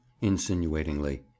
insinuatingly